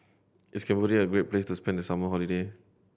is Cambodia a great place to spend the summer holiday